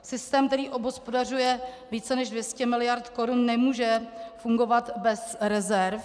Systém, který obhospodařuje více než 200 mld. korun, nemůže fungovat bez rezerv.